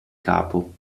capo